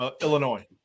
Illinois